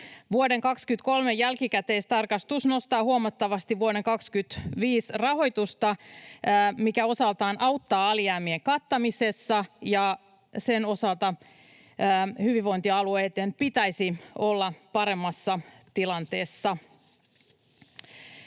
Vuoden 23 jälkikäteistarkastus nostaa huomattavasti vuoden 25 rahoitusta, mikä osaltaan auttaa alijäämien kattamisessa, ja sen osalta hyvinvointialueitten pitäisi olla paremmassa tilanteessa.